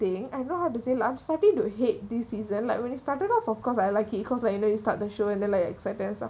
thing and I know how to say I'm starting to hate this season like when it started off of course I like it cause like you know you start the show and then like excited